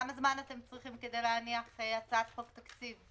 כמה זמן אתם צריכים כדי להניח הצעת חוק תקציב?